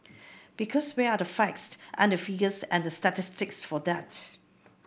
because where are the facts and the figures and the statistics for that